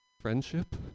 Friendship